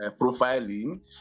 profiling